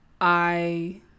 I-